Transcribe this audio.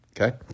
okay